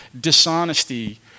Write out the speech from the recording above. dishonesty